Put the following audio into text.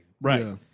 right